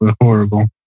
horrible